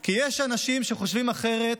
כי יש אנשים שחושבים אחרת